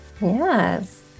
Yes